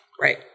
Right